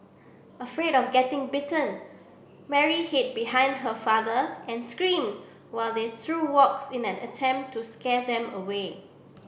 afraid of getting bitten Mary hid behind her father and screamed while they threw rocks in an attempt to scare them away